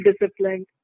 disciplined